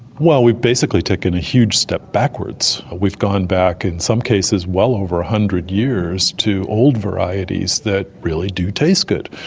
well, we've basically taken a huge step backwards, we've gone back in some cases well over one hundred years to old varieties that really do taste good,